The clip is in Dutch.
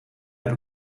heb